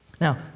Now